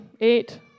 eight